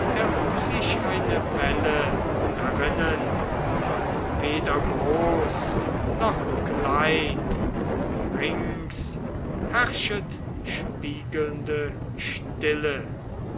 erhob sich eine welle darinnen weder groß noch klein rings herrschet spiegelnde stille